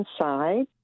inside